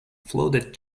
floated